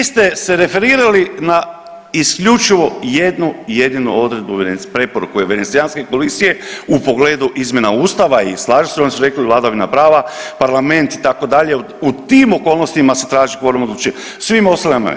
Vi ste se referirali na isključivo jednu jedinu odredbu, preporuke Venecijanske komisije u pogledu izmjena Ustava i slažem se, oni su rekli, vladavina prava, parlament, itd., u tim okolnostima se traži kvorum odlučivanja, svima ostalima ne.